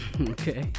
Okay